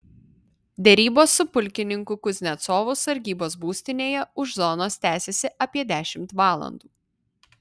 derybos su pulkininku kuznecovu sargybos būstinėje už zonos tęsėsi apie dešimt valandų